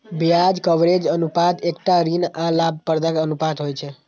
ब्याज कवरेज अनुपात एकटा ऋण आ लाभप्रदताक अनुपात होइ छै